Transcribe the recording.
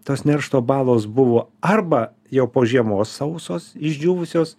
tos neršto balos buvo arba jau po žiemos sausos išdžiūvusios